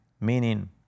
meaning